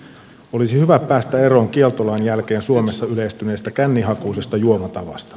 olisi hyvä päästä eroon kieltolain jälkeen suomessa yleistyneestä kännihakuisesta juomatavasta